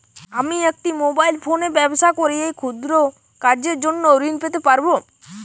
আমি একটি মোবাইল ফোনে ব্যবসা করি এই ক্ষুদ্র কাজের জন্য ঋণ পেতে পারব?